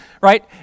right